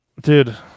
Dude